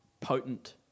potent